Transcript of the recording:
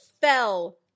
fell